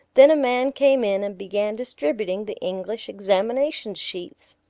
then a man came in and began distributing the english examination sheets.